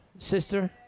Sister